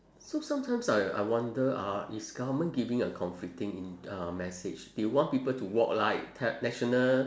so sometimes I I wonder uh is government giving a conflicting in uh message they want people to walk light tel~ national